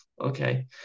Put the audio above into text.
okay